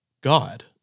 God